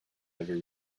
ever